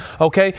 okay